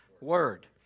word